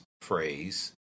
phrase